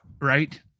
right